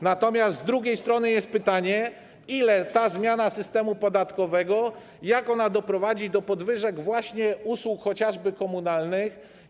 Natomiast z drugiej strony jest pytanie, czy ta zmiana systemu podatkowego doprowadzi do podwyżek cen usług chociażby komunalnych.